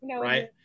Right